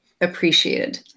appreciated